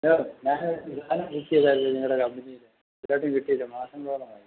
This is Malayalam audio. ഹലോ ഞാനേ ഞാൻ നിങ്ങളുടെ കമ്പനിയിൽ നിന്ന് ഇതുവരെയായിട്ടും കിട്ടിയില്ല മാസങ്ങളോളം ആയി